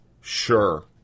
Sure